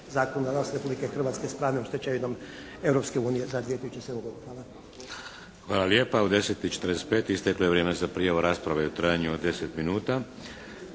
Hvala.